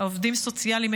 העובדים הסוציאליים,